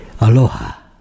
Aloha